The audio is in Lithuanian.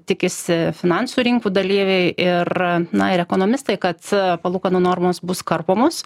tikisi finansų rinkų dalyviai ir na ir ekonomistai kad palūkanų normos bus karpomos